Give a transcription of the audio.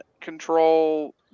control